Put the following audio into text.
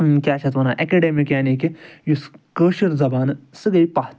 کیٛاہ چھِ اَتھ وَنان اٮ۪کَڈٕمِک یعنی کہ یُس کٲشِر زبان سٔہ گٕے پَتھ